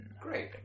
great